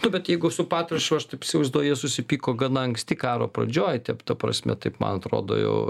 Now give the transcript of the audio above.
nu bet jeigu su patruševu aš taip įsivaizduoju jie susipyko gana anksti karo pradžioj tep ta prasme taip man atrodo jau